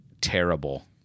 terrible